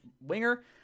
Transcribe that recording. winger